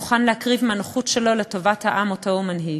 מוכן להקריב מהנוחות שלו לטובת העם שאותו הוא מנהיג.